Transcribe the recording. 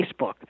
Facebook